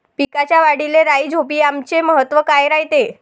पिकाच्या वाढीले राईझोबीआमचे महत्व काय रायते?